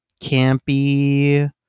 campy